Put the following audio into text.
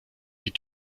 die